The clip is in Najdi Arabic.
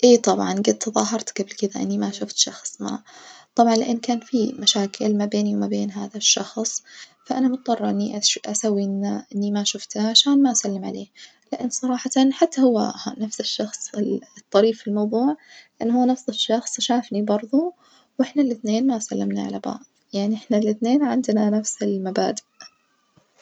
إي طبعًا جد تظاهرت حبل كدة إني ما شفت شخص ما طبعًا لان كان في مشاكل ما بيني وما بين هذا الشخص فأنا مظطرة إني أش أسوي إن إني ما شفته عشان ما أسلم عليه، لأن صراحة حتى هو نفس الشخص الطريف في الموظوع إن هو نفس الشخص شافني برظه وإحنا الاثنين ما سلمنا على بعظ، يعني إحنا الإثنين عندنا نفس المبادئ.